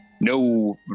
no